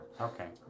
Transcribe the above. Okay